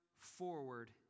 forward